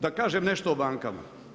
Da kažem nešto o bankama.